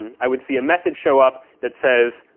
i would see a message show up that says,